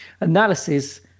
analysis